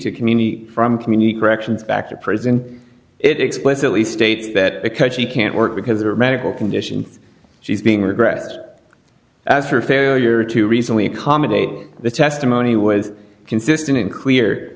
to community from community corrections back to prison it explicitly states that because she can't work because of her medical condition she's being regressed as her failure to recently accommodate the testimony was consistent and clear